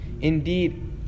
Indeed